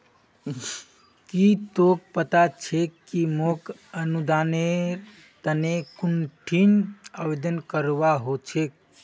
की तोक पता छोक कि मोक अनुदानेर तने कुंठिन आवेदन करवा हो छेक